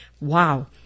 Wow